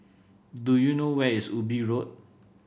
do you know where is Ubi Road